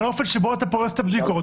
על האופן שבו אתה פורס את הבדיקות,